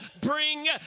bring